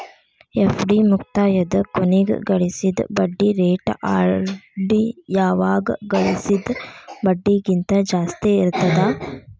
FD ಮುಕ್ತಾಯದ ಕೊನಿಗ್ ಗಳಿಸಿದ್ ಬಡ್ಡಿ ರೇಟ ಆರ್.ಡಿ ಯಾಗ ಗಳಿಸಿದ್ ಬಡ್ಡಿಗಿಂತ ಜಾಸ್ತಿ ಇರ್ತದಾ